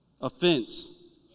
Offense